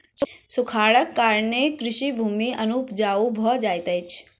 सूखाड़क कारणेँ कृषि भूमि अनुपजाऊ भ जाइत अछि